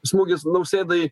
smūgis nausėdai